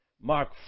Mark